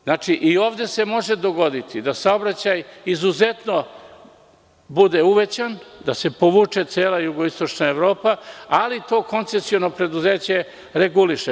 Znači, i ovde se može dogoditi da saobraćaj izuzetno bude uvećan, da se povuče cela jugoistočna Evropa, ali koncesiono preduzeće to reguliše.